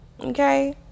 okay